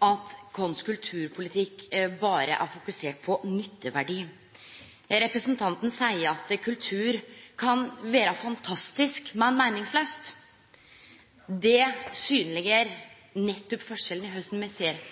at kunst- og kulturpolitikk berre er fokusert på nytteverdi. Representanten seier at kultur kan vere fantastisk, men meiningslaus. Det synleggjer nettopp forskjellen i korleis me ser